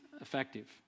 effective